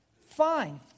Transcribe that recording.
fine